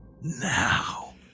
Now